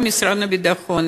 זה גם משרד הביטחון,